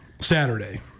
Saturday